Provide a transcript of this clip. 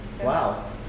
Wow